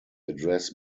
address